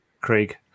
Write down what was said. Craig